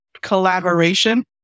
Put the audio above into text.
collaboration